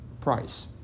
Price